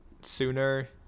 sooner